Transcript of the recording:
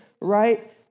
right